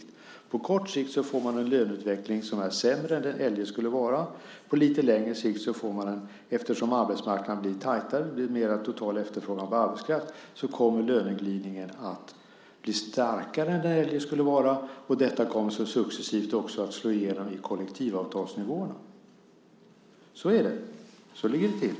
På kort sikt får man en löneutveckling som är sämre än den eljest skulle vara. På lite längre sikt, eftersom arbetsmarknaden blir tajtare och det blir större total efterfrågan på arbetskraft, kommer löneglidningen att bli starkare än den eljest skulle vara. Detta kommer successivt också att slå igenom i kollektivavtalsnivåerna. Så är det. Så ligger det till.